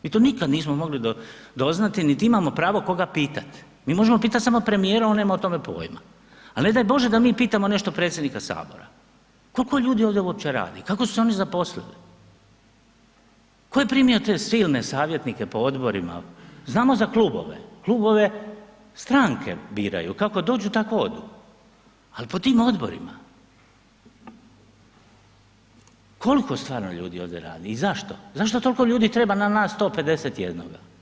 Mi to nikad nismo mogli doznati, niti imamo pravo koga pitat, mi možemo pitat samo premijera, on nema o tome pojma, al ne daj Bože da mi pitamo nešto predsjednika HS, koliko ljudi ovdje uopće radi, kako su se oni zaposlili, tko je primio te silne savjetnike po odborima, znamo za klubove, klubove stranke biraju, kako dođu tako odu, ali po tim odborima, koliko stvarno ljudi ovdje radi i zašto, zašto tolko ljudi treba na nas 151-ga?